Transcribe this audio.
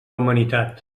humanitat